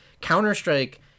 counter-strike